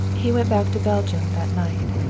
he went back to belgium that night.